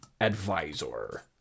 advisor